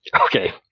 Okay